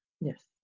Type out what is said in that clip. Yes